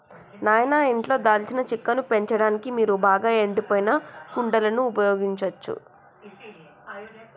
నాయిన ఇంట్లో దాల్చిన చెక్కను పెంచడానికి మీరు బాగా ఎండిపోయిన కుండలను ఉపయోగించచ్చు